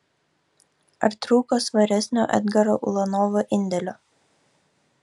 ar trūko svaresnio edgaro ulanovo indėlio